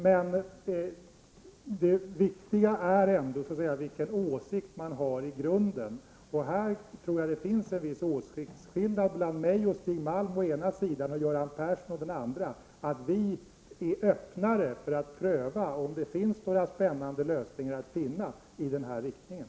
Det viktiga är ändå i grunden vilken åsikt man har, och här tror jag det finns en viss åsiktsskillnad mellan å ena sidan mig och Stig Malm, och å andra sidan Göran Persson. Vi är mer öppna för att pröva om det finns några spännande lösningar i den här riktningen.